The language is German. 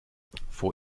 vor